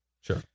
Sure